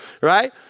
right